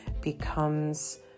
becomes